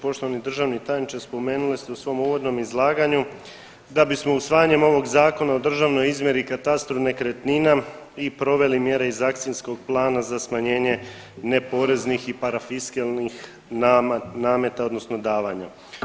Poštovani državni tajniče spomenuli ste u svom uvodnom izlaganju da bismo usvajanjem ovog Zakona o državnoj izmjeri i katastru nekretnina i proveli mjere iz Akcijskog plana za smanjenje neporeznih i parafiskalnih nameta odnosno davanja.